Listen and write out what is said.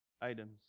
items